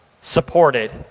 supported